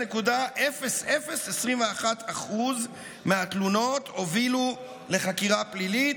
0.0021% מהתלונות הובילו לחקירה פלילית,